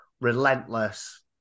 relentless